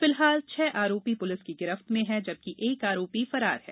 फिलहाल छह आरोपी पुलिस की गिरफ्त में हैं जबकि एक आरोपी फरार है